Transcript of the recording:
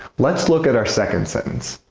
let's look at our second sentence.